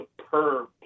superb